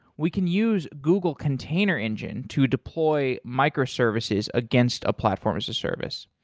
we can use google container engine to deploy microservices against a platform as a service.